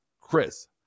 Chris